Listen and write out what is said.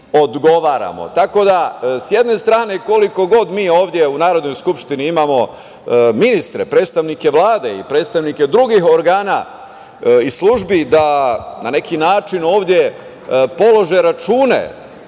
da, sa jedne strane, koliko god mi ovde u Narodnoj skupštini imamo ministre, predstavnike Vlade i predstavnike drugih organa iz službi, da na neki način ovde polože račune,